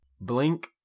Blink